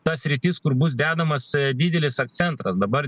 ta sritis kur bus dedamas didelis akcentas dabar